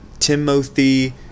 Timothy